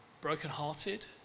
brokenhearted